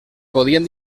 podien